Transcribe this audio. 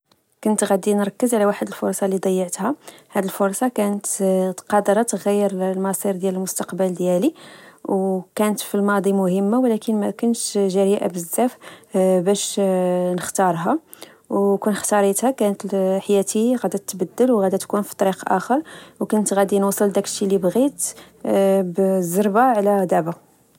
كنت غادي نركز على واحد الفرص اللي ضيعتها، هاد الفرصة كانت قادرا تغير المصير ديال المستقبل ديالي. وكانت فالماضي مهمة ولكن مكنتش جريئة بزاف باش نختارها، وكون ختارتها كانت حياتي غاد تبدل وغدي تكون في طريق آخر، و كنت غادي نوصل للي بغيت بالزربة على دابا